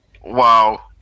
Wow